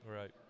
Right